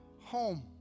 home